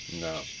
No